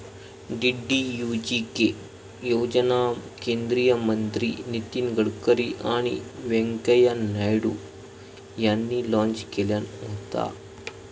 DDUGK योजना केंद्रीय मंत्री नितीन गडकरी आणि व्यंकय्या नायडू यांनी लॉन्च केल्यान होता